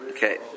Okay